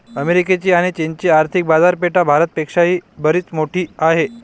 अमेरिकेची आणी चीनची आर्थिक बाजारपेठा भारत पेक्षा बरीच मोठी आहेत